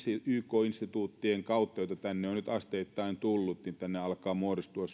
yk instituuttien kautta joita tänne on nyt asteittain tullut tänne suomeen alkaa muodostua